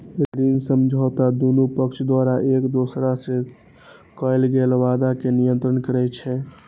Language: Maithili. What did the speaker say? ऋण समझौता दुनू पक्ष द्वारा एक दोसरा सं कैल गेल वादा कें नियंत्रित करै छै